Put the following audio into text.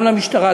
גם למשטרה,